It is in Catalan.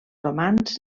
romans